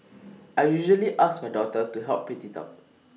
I usually ask my daughter to help print IT out